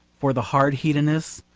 for the hard hedonists,